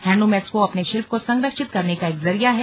handloom expo अपने शिल्प को संरक्षित करने का एक जरिया है